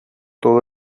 todo